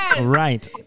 Right